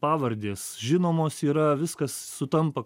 pavardės žinomos yra viskas sutampa